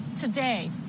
Today